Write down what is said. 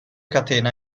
catena